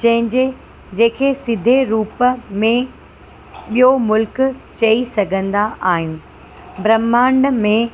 जंहिंजे जेके सिधे रूप में ॿियो मुल्क चई सघंदा आहिनि ब्रह्माण्ड में